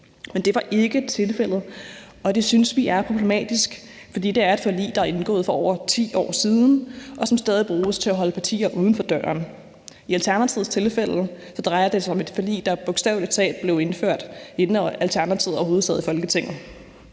men det var ikke tilfældet, og det synes vi er problematisk, for det er et forlig, der er indgået for over 10 år siden, og som stadig bruges til at holde partier uden for døren. I Alternativets tilfælde drejer det sig et forlig, der bogstavelig talt blev indført, inden Alternativet overhovedet sad i Folketinget.